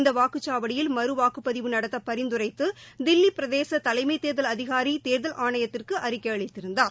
இந்த வாக்குச்சாவடியில் மறுவாக்குப்பதிவு நடத்த பரிந்துரைத்து தில்லிப் பிரதேச தலைமைத் தேர்தல் அதிகாரி தேர்தல் ஆணையத்திற்கு அறிக்கை அளித்திருந்தார்